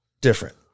different